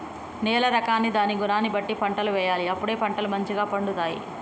నేల రకాన్ని దాని గుణాన్ని బట్టి పంటలు వేయాలి అప్పుడే పంటలు మంచిగ పండుతాయి